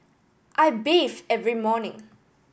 I bathe every morning